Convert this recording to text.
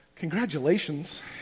congratulations